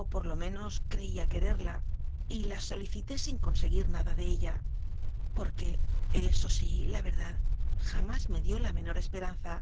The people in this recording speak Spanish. o por lo menos creía quererla y la solicité sin conseguir nada de ella porque eso sí la verdad jamás me dió la menor esperanza